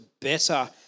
better